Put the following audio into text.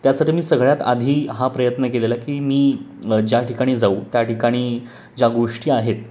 त्यासाठी मी सगळ्यात आधी हा प्रयत्न केलेला की मी ठिकाणी जाऊ त्या ठिकाणी ज्या गोष्टी आहेत